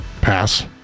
Pass